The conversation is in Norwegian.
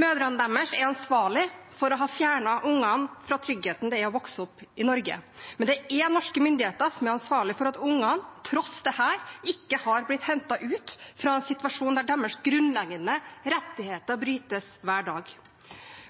Mødrene deres er ansvarlige for å ha fjernet barna fra tryggheten det er å vokse opp i Norge. Men det er norske myndigheter som er ansvarlig for at barna, tross dette, ikke har blitt hentet ut av en situasjon der deres grunnleggende rettigheter brytes hver dag.